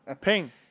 Ping